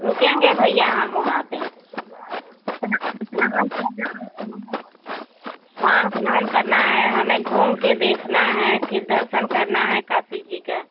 रुकेंगे भइया हम वहाँ पे स्नान करना है वहाँ स्नान करना है हमें घूम के देखना है फिर दर्शन करना है काशी जी का